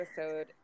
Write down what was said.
episode